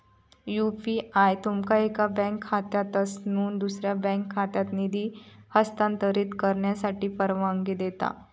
UPI तुमका एका bank खात्यातसून दुसऱ्यो बँक खात्यात निधी हस्तांतरित करण्याची परवानगी देता